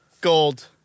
Gold